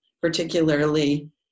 particularly